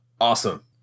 Awesome